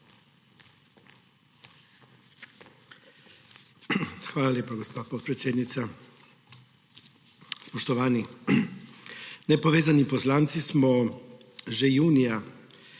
Hvala lepa, gospa podpredsednica. Spoštovani! Nepovezani poslanci smo že junija,